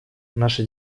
наша